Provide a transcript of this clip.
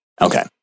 Okay